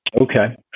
Okay